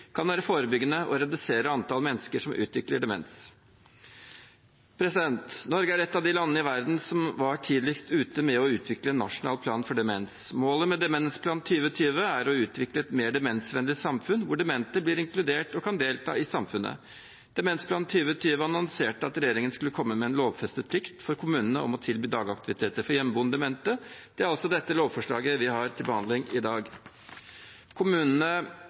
kan virke forebyggende og redusere antallet mennesker som utvikler demens. Norge er et av de landene i verden som var tidligst ute med å utvikle en nasjonal plan for demens. Målet med Demensplan 2020 er å utvikle et mer demensvennlig samfunn, hvor demente blir inkludert og kan delta i samfunnet. Demensplan 2020 annonserte at regjeringen skulle komme med en lovfestet plikt for kommunene om å tilby dagaktiviteter for hjemmeboende demente. Det er altså dette lovforslaget vi har til behandling i dag. Kommunene